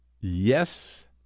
Yes